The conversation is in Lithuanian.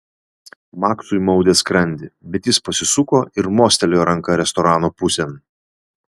maksui maudė skrandį bet jis pasisuko ir mostelėjo ranka restorano pusėn